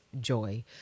joy